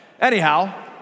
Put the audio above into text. Anyhow